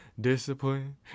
discipline